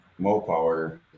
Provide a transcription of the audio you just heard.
Mopower